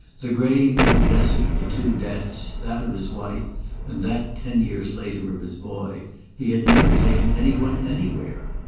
the grey middle desert of the two deaths, that of his wife and that, ten years later, of his boy he had never taken any one anywhere.